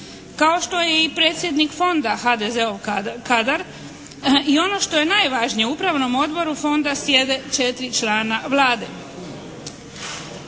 kao što je i predsjednik Fonda HDZ-ov kadar. I ono što je najvažnije u Upravnom odboru Fonda sjede 4 člana Vlade.